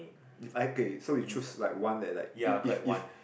if I okay so we choose like one that like if if if